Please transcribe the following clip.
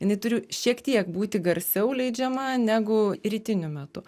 jinai turi šiek tiek būti garsiau leidžiama negu rytiniu metu